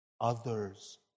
others